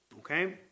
okay